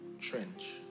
trench